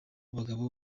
bagabo